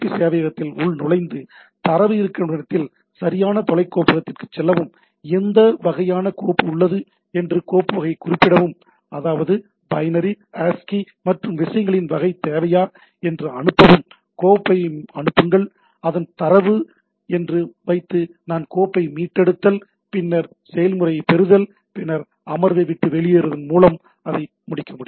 B சேவையகத்தில் உள்நுழைந்து தரவு இருக்கும் இடத்திற்கு சரியான தொலை கோப்பகத்திற்கு செல்லவும் எந்த வகையான கோப்பு உள்ளது என்று கோப்பு வகையை குறிப்பிடவும் அதாவது பைனரி ஆஸ்கி மற்றும் விஷயங்களின் வகை தேவையா என்று அனுப்பவும் கோப்பை அனுப்புங்கள் அதன் தரவு என்று வைத்து நான் கோப்பை மீட்டேடுத்தல் பின்னர் செயல்முறையைப் பெறுதல் பின்னர் அமர்வை விட்டு வெளியேறுவதன் மூலம் அதை முடிக்கவும்